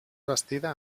bastida